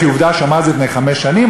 כי הוא אמר את זה לפני חמש שנים,